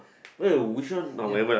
!aiyo! which one nah whatever lah